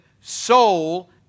soul